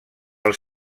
els